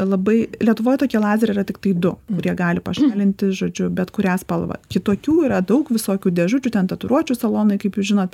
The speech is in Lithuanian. labai lietuvoj tokie lazeriai yra tiktai du kurie gali pašalinti žodžiu bet kurią spalvą kitokių yra daug visokių dėžučių ten tatuiruočių salonai kaip jūs žinot